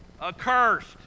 accursed